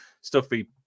stuffy